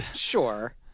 sure